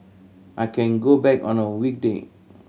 I can go back on a weekday